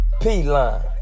P-Line